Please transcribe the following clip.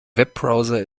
webbrowser